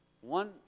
One